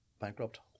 bankrupt